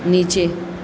नीचे